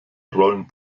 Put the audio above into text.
rollen